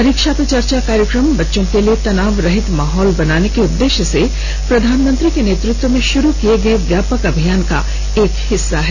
परीक्षा पे चर्चा कार्यक्रम बच्चों के लिए तनावरहित माहौल बनाने के उद्देश्य से प्रधानमंत्री के नेतत्व में शुरु किए गए व्यापक अभियान का एक हिस्सा है